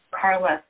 Carlos